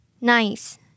nice